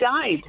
died